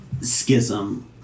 schism